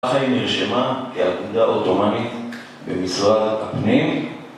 ככה היא נרשמה כאגודה עותומנית במשרד הפנים